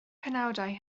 penawdau